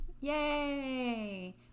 Yay